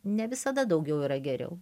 ne visada daugiau yra geriau